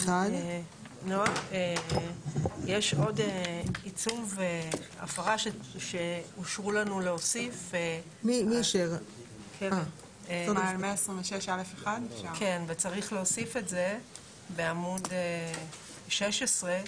יש עוד עיצום והפרה שאושרו לנו להוסיף וצריך להוסיף את זה בעמוד 16,